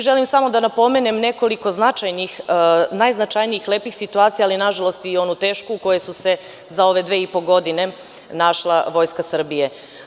Želim samo da napomenem nekoliko značajnih, najznačajnijih lepih situacija, ali nažalost i onu tešku u kojoj su se za ove dve i po godine našla Vojska Srbije.